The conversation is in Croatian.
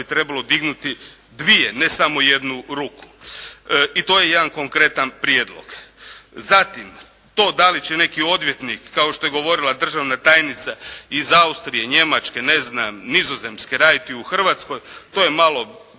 trebalo dignuti dvije, ne samo jednu ruku. I to je jedan konkretan prijedlog. Zatim, to da li će neki odvjetnik kao što je govorila državna tajnica iz Austrije, Njemačke, ne znam Nizozemske raditi u Hrvatskoj to je malo